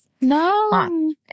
no